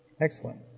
Excellent